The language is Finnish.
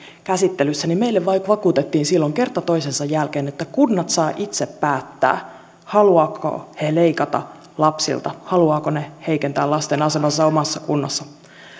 käsittelyssä niin meille vakuutettiin silloin kerta toisensa jälkeen että kunnat saavat itse päättää haluavatko ne leikata lapsilta haluavatko ne heikentää lasten asemaa omassa kunnassaan